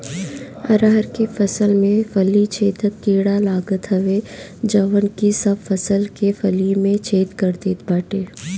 अरहर के फसल में फली छेदक कीड़ा लागत हवे जवन की सब फसल के फली में छेद कर देत बाटे